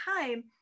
time